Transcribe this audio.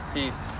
Peace